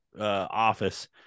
office